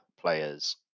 players